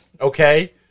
okay